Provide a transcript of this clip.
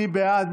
מי בעד?